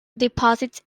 deposits